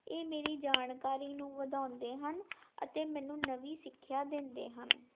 ਇਸ ਮੇਰੀ ਜਾਣਕਾਰੀ ਨੂੰ ਵਧਾਉਂਦੇ ਹਨ ਅਤੇ ਮੈਨੂੰ ਨਵੀਂ ਸਿੱਖਿਆ ਦਿੰਦੇ ਹਨ